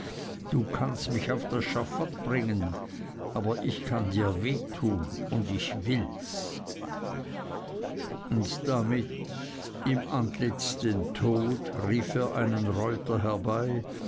du kannst mich auf das schafott bringen ich aber kann dir weh tun und ich will's und damit im antlitz den tod rief er einen reuter herbei